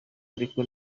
ariko